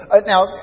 Now